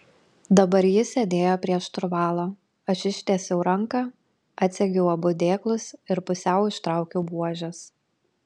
dabar jis sėdėjo prie šturvalo aš ištiesiau ranką atsegiau abu dėklus ir pusiau ištraukiau buožes